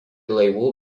laivų